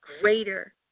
greater